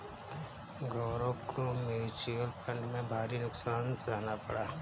गौरव को mutual fund में भारी नुकसान सहना पड़ा